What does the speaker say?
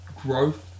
growth